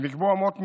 ונקבעו אמות מידה.